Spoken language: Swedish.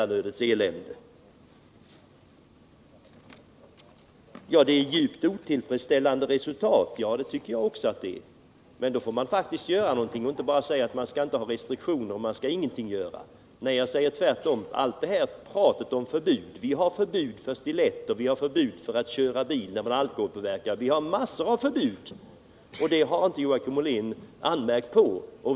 Att resultatet av åtgärden är djupt otillfredsställande tycker också jag, men under sådana förhållanden får man faktiskt försöka göra något — inte bara säga att vi inte skall ha några restriktioner. Nej, jag säger tvärtom att det klagas alltför mycket på olika förbud. Vi har förbud mot att bära stilett och mot att köra bil när man är alkoholpåverkad, och vi har också på en mängd andra punkter förbud som Joakim Ollén inte riktat anmärkning mot.